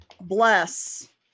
Bless